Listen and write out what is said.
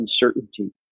uncertainty